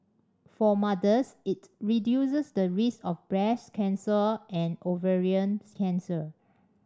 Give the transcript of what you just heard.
for mothers it reduces the risk of breast cancer and ovarian cancer